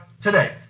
Today